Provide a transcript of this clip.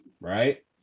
right